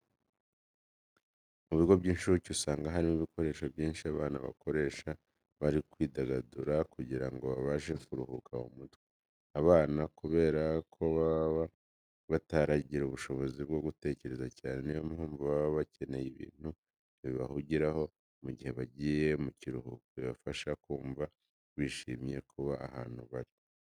Mu bigo by'incuke usanga harimo ibikoresho byinshi abana bakoresha bari kwidagadura kugira babashe kuruhuka mu mutwe. Abana kubera ko baba bataragira ubushobozi bwo gutekereza cyane, niyo mpamvu baba bakeneye ibintu bahugiraho mu gihe bagiye mu karuhuko bibafasha kumva bishyimiye kuba ahantu bari.